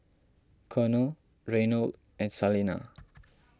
Colonel Reynold and Salena